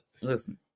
Listen